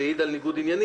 וסמכויות מנהליות נוספות.